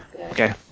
okay